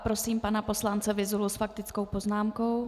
Prosím pana poslance Vyzulu s faktickou poznámkou.